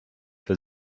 für